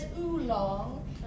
Oolong